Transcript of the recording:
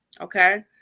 okay